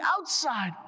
outside